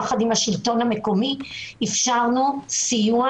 ביחד עם השלטון המקומי אפשרנו סיוע,